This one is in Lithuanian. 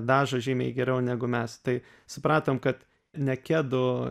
dažo žymiai geriau negu mes tai supratom kad ne kedų